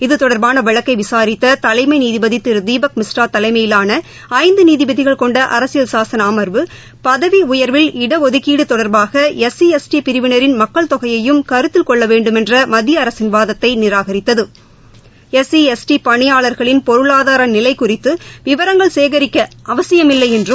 இது தொடர்பான வழக்கை விசாரித்த தலைமை நீதிபதி திரு தீபக் மிஸ்ரா தலைமையிலான ஐந்து நீதிபதிகள் கொண்ட அரசியல் சாசன அமர்வு பதவி உயர்வில் இடஒதுக்கீடு தொடர்பாக எஸ் சி எஸ் டி பிரிவினின் மக்கள் தொகையையும் கருத்தில் கொள்ள வேண்டுமென்ற மத்திய அரசின் வாதத்தை நிராகரித்தது எஸ் சி எஸ் டி பணியாளர்களின் பொருளாதார நிலை குறித்து விவரங்கள் சேகரிக்க அவசியம் இல்லை என்றும்